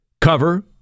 cover